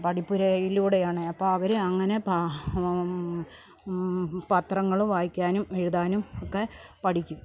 പഠിപ്പുരയിലൂടെയാണ് അപ്പം അവർ അങ്ങനെ പ പത്രങ്ങൾ വായിക്കാനും എഴുതാനും ഒക്കെ പഠിക്കും